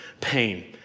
pain